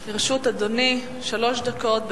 לרשות אדוני שלוש דקות.